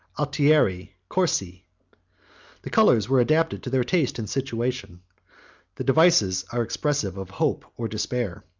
altieri, corsi the colors were adapted to their taste and situation the devices are expressive of hope or despair,